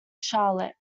charlotte